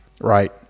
Right